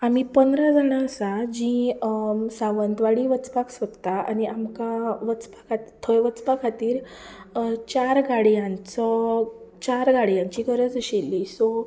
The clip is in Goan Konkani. आमी पंदरा जाणा आसा जीं सावंतवाडी वचपाक सोदतात आनी आमकां वचपा खातीर थंय वचपा खातीर चार गाडयांचो चार गाडयांची गरज आशिल्ली सो